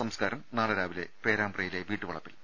സംസ്കാരം നാളെ രാവിലെ പേരാമ്പ്രയിലെ വീട്ടുവളപ്പിൽ